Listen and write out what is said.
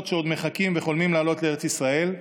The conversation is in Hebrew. שעוד מחכים וחולמים לעלות לארץ ישראל,